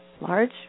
large